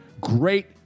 great